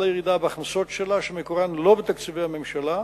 ירידה בהכנסות שלה שמקורן לא בתקציבי הממשלה,